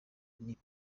ubuntu